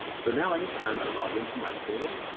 so now anytime i log into my portal,